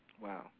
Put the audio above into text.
Wow